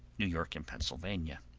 new york and pennsylvania.